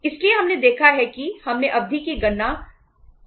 इसलिए हमने देखा है कि हमने अवधि की गणना सप्ताह में की है